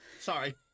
sorry